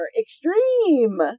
extreme